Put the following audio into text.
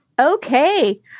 Okay